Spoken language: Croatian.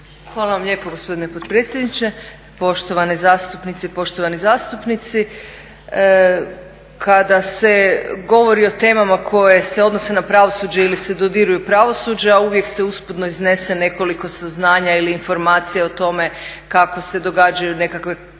Hvala vam lijepo gospodine potpredsjedniče, poštovane zastupnice i poštovani zastupnici. Kada se govori o temama koje se odnose na pravosuđe ili se dodiruju pravosuđa uvijek se usputno iznese nekoliko saznanja ili informacija o tome kako se događaju nekakva koruptivna